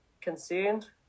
concerned